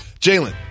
Jalen